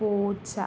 പൂച്ച